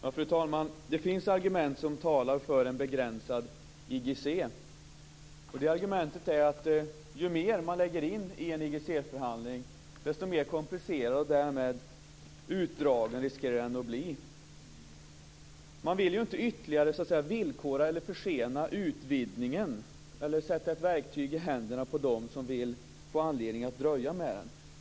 Fru talman! Det finns argument som talar för ett begränsat IGC, och det är att ju mer man lägger in i en IGC-förhandling, desto mer komplicerad och utdragen risker den att bli. Man vill inte ytterligare villkora eller försena utvidgningen eller sätta ett verktyg i händerna på dem som vill få anledning att dröja med den.